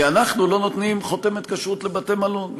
כי אנחנו לא נותנים חותמת כשרות לבתי-מלון.